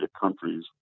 countries